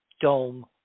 dome